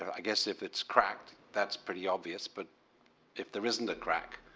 i guess if it's cracked, that's pretty obvious but if there isn't a crack,